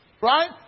Right